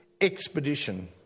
expedition